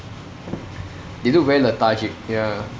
they look very lethargic ya